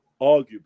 arguably